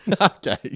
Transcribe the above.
okay